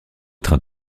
trains